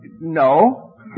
no